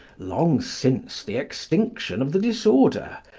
long since the extinction of the disorder,